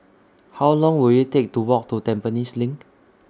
How Long Will IT Take to Walk to Tampines LINK